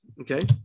okay